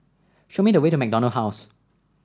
show me the way to MacDonald House